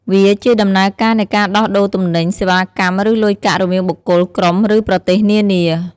វាជា ដំណើរការនៃការដោះដូរទំនិញ សេវាកម្ម ឬលុយកាក់រវាងបុគ្គល ក្រុម ឬប្រទេសនានា។